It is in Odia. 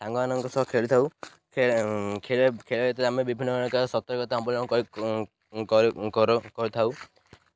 ସାଙ୍ଗମାନଙ୍କ ସହ ଖେଳିଥାଉ ଖେଳ ଭିତରେ ଆମେ ବିଭିନ୍ନ ପ୍ରକାର ସତର୍କତା ଅବଲମ୍ବନ କରିଥାଉ